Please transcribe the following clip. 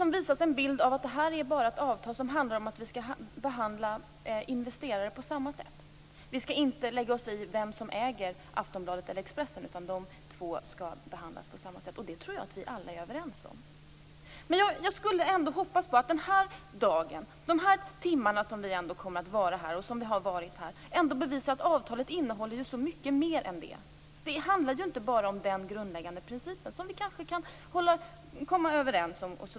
Det visas en bild av att det är ett avtal om att behandla investerare på samma sätt. Vi skall inte lägga oss i vem som äger Aftonbladet och Expressen, utan de två skall behandlas på samma sätt. Det tror jag att vi alla är överens om. Jag hoppas ändå att de timmar vi lägger på denna debatt bevisar att avtalet innehåller så mycket mer än det. Det handlar inte bara om den grundläggande principen, som vi kanske kan komma överens om.